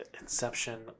Inception